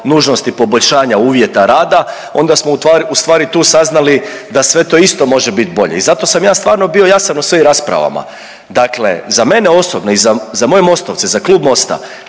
nužnosti poboljšanja uvjeta rada onda smo ustvari tu saznali da sve to isto može bit bolje i zato sam ja stvarno bio jasan u svojim raspravama. Dakle za mene osobno i za, za moje Mostovce i za Klub Mosta